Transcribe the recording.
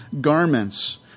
garments